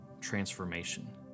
transformation